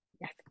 Yes